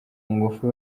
ngufu